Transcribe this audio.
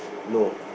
no